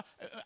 no